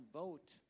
vote